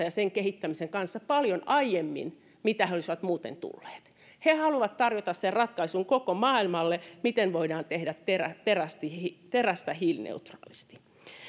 ja sen kehittämisen kanssa paljon aiemmin kuin he olisivat muuten tulleet he haluavat tarjota sen ratkaisun koko maailmalle miten voidaan tehdä tehdä terästä hiilineutraalisti